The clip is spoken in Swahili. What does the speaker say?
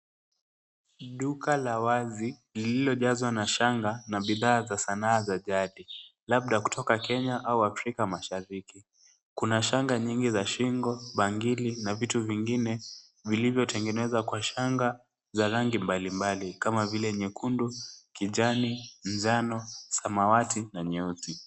Duka la wazi lililojazwa na shanga na bidhaa za sanaa za jadi, labda kutoka Kenya au Afrika Mashariki. Kuna shanga nyingi za shingo, bangili, na vitu vingine vilivyotengenezwa kwa shanga za rangi mbalimbali kama vile nyekundu, kijani, njano, samawati na nyeusi.